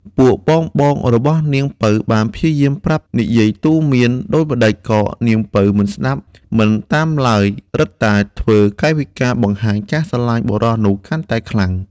ពួកបងៗរបស់នាងពៅបានព្យាយាមប្រាប់និយាយទូន្មានដូចម្ដេចក៏នាងពៅមិនស្ដាប់មិនតាមឡើយ រឹតតែធ្វើកាយវិការបង្ហាញការស្រឡាញ់បុរសនោះកាន់តែខ្លាំង។